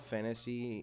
Fantasy